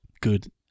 good